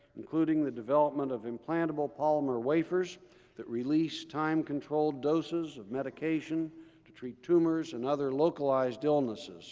including the development of implantable polymer wafers that release time controlled doses of medication to treat tumors and other localized illnesses